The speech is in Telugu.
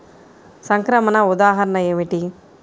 సంక్రమణ ఉదాహరణ ఏమిటి?